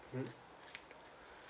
mm